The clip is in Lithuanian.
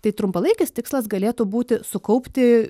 tai trumpalaikis tikslas galėtų būti sukaupti